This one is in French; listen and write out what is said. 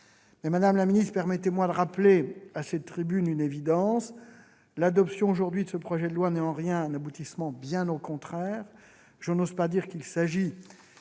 vue. Madame la ministre, permettez-moi de rappeler à cette tribune une évidence : l'adoption aujourd'hui de ce projet de loi n'est en rien un aboutissement, bien au contraire. Je n'ose pas dire qu'il s'agit